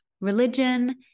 religion